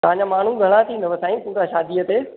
तव्हांजा माण्हू घणा थींदव साईं पूरा शादीअ ते